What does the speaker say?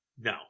No